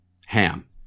Ham